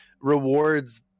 rewards